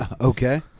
Okay